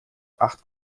acht